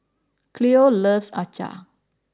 Khloe loves Acar